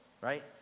Right